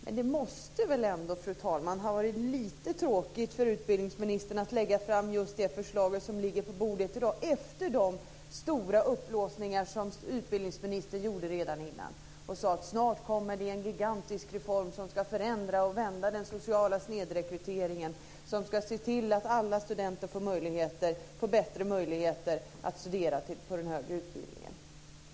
Men det måste väl ändå, fru talman, ha varit lite tråkigt för utbildningsministern att lägga fram det förslag som ligger på bordet i dag efter de stora uppblåsningar som utbildningsministern gjorde innan. Han sade: Snart kommer det en gigantisk reform som ska förändra och vända den sociala snedrekryteringen, som ska se till att alla studenter får bättre möjligheter att studera i den högre utbildningen.